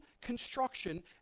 construction